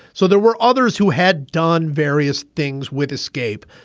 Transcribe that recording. so there were others who had done various things with escape.